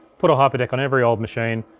put a hyperdeck on every old machine,